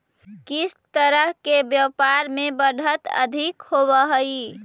किस तरह के व्यापार में बढ़त अधिक होवअ हई